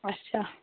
اَچھا